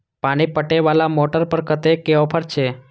पानी पटवेवाला मोटर पर केतना के ऑफर छे?